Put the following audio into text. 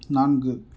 நான்கு